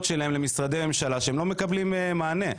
שלהם למשרדי הממשלה שלא מקבלות מענה.